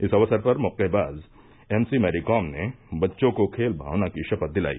इस अवसर पर मुक्केबाज एम सी मैरीकॉम ने बच्चों को खेल भावना की शपथ दिलाई